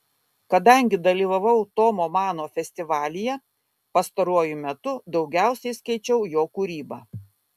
kadangi dalyvavau tomo mano festivalyje pastaruoju metu daugiausiai skaičiau jo kūrybą